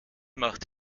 macht